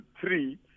three